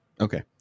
Okay